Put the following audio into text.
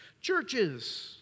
Churches